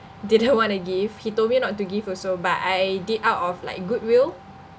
didn't want to give he told me not to give also but I did out of like goodwill